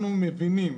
אנחנו מבינים